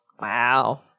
Wow